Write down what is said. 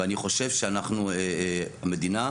ואני חושב שאנחנו מדינה,